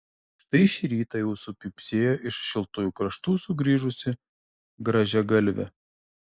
štai šį rytą jau supypsėjo iš šiltųjų kraštų sugrįžusi grąžiagalvė